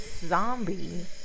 zombie